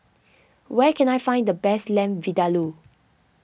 where can I find the best Lamb Vindaloo